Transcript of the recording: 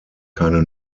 keine